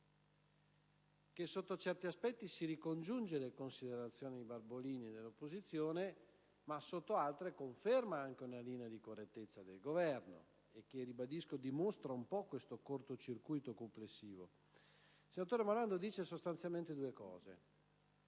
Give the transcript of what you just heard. che sotto certi aspetti si ricongiunge alle considerazioni del senatore Barbolini, ma sotto altri conferma una linea di correttezza del Governo che - ribadisco - dimostra questo cortocircuito complessivo. Il senatore Morando afferma sostanzialmente due cose: